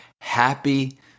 Happy